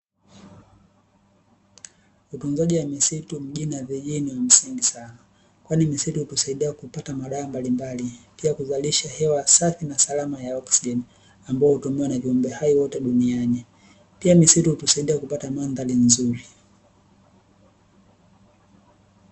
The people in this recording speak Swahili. Utunzaji wa misitu mjini na vijijini ni msingi sana, kwani misitu hutusaidia kupata madawa mbalimbali, pia kuzalisha hewa safi na salama ya oksijeni ambayo hutumiwa na viumbe hai wote duniani, pia misitu hutusaidia kupata mandhari nzuri.